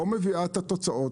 לא מביאה את התוצאות.